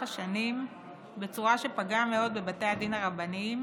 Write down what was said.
השנים בצורה שפגעה מאוד בבתי הדין הרבניים